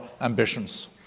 ambitions